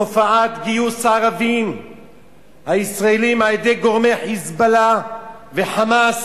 תופעת גיוס הערבים הישראלים על-ידי גורמי "חיזבאללה" ו"חמאס"